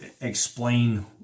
explain